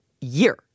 year